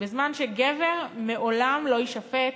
בזמן שגבר לעולם לא יישפט